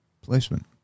placement